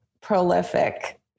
prolific